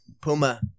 Puma